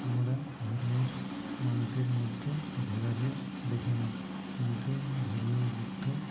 আমরা ধর্মের মানুষের মধ্যে ভেদাভেদ দেখি না কিন্তু ধর্মীয় যুদ্ধ